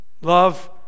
love